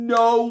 no